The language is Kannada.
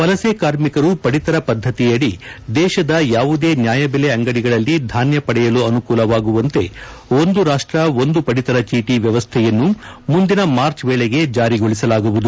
ವಲಸೆ ಕಾರ್ಮಿಕರು ಪಡಿತರ ಪದ್ದತಿ ಅಡಿ ದೇಶದ ಯಾವುದೇ ನ್ನಾಯಬೆಲೆ ಅಂಗಡಿಗಳಲ್ಲಿ ಧಾನ್ಯ ಪಡೆಯಲು ಅನುಕೂಲವಾಗುವಂತೆ ಒಂದು ರಾಷ್ಷ ಒಂದು ಪಡಿತರ ಚೀಟಿ ವ್ಯವಸ್ಟೆಯನ್ನು ಮುಂದಿನ ಮಾರ್ಚ್ ವೇಳೆಗೆ ಜಾರಿಗೊಳಿಸಲಾಗುವುದು